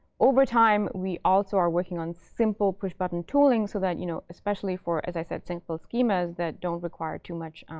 over time, we also are working on simple, push-button tooling so that you know especially for, as i said, simple schemas that don't require too much